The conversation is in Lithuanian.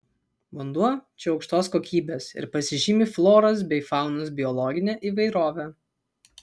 vanduo čia aukštos kokybės ir pasižymi floros bei faunos biologine įvairove